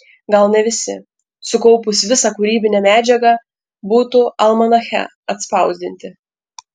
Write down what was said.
gal ne visi sukaupus visą kūrybinę medžiagą būtų almanache atspausdinti